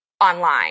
online